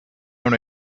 own